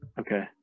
Okay